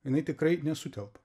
jinai tikrai nesutelpa